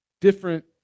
different